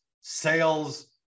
sales